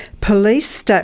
Police